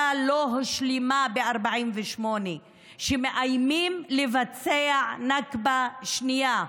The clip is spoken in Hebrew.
לא הושלמה ב-48' ומאיימים לבצע נכבה שנייה.